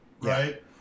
right